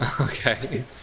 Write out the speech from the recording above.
okay